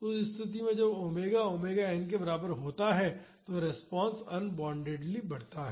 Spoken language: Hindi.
तो उस स्थिति में जब ओमेगा ओमेगा एन के बराबर होता है तो रिस्पांस अनबॉण्डेडली बढ़ता है